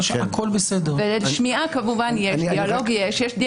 שמיעה, כמובן יש, דיאלוג יש.